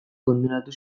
kondenatu